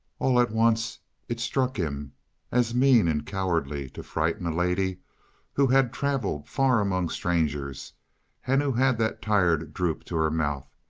all at once it struck him as mean and cowardly to frighten a lady who had traveled far among strangers and who had that tired droop to her mouth.